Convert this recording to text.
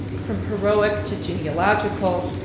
from heroic to genealogical,